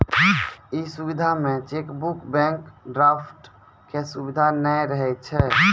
इ सुविधा मे चेकबुक, बैंक ड्राफ्ट के सुविधा नै रहै छै